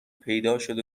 پیداشد